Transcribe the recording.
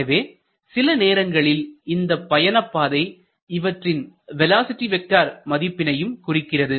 எனவே சில நேரங்களில் இந்தக் பயணப்பாதை இவற்றின் வேலோஸிட்டி வெக்டர் மதிப்பினையும் குறிக்கிறது